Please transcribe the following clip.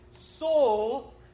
soul